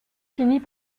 finit